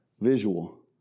visual